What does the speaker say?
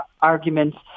arguments